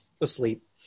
asleep